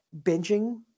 binging